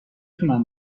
تونم